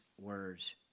words